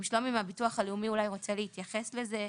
שלומי מהביטוח הלאומי אולי רוצה להתייחס לזה?